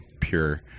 pure